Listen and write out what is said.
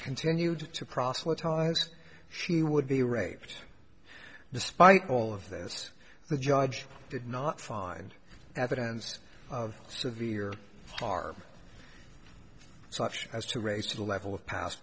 continued to proselytise she would be raped despite all of this the judge did not find evidence of severe are such as to raise to the level of past